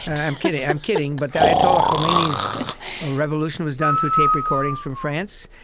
i'm kidding, i'm kidding, but ayatollah khomeini's revolution was done through tape recordings from france.